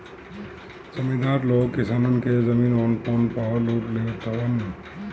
जमीदार लोग किसानन के जमीन औना पौना पअ लूट लेत हवन